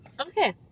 Okay